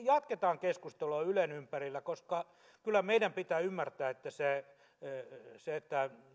jatketaan keskustelua ylen ympärillä koska kyllä meidän pitää ymmärtää että se että